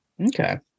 okay